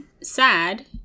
sad